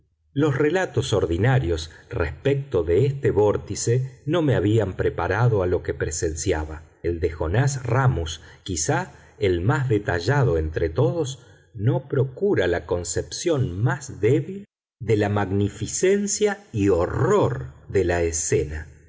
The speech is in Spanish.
los relatos ordinarios respecto de este vórtice no me habían preparado a lo que presenciaba el de jonás ramus quizá el más detallado entre todos no procura la concepción más débil de la magnificencia y horror de la escena